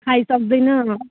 खाई सक्दैन